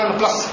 plus